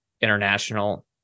international